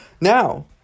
Now